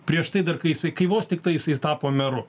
prieš tai dar kai jisai kai vos tiktai jisai tapo meru